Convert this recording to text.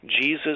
Jesus